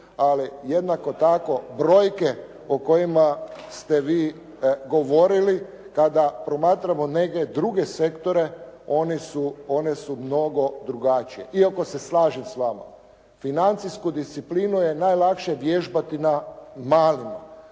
ali jednako tako brojke o kojima ste vi govorili kada promatramo neke druge sektore, oni su mnogo drugačiji, iako se slažem s vama. Financijsku disciplinu je najlakše vježbati na malima,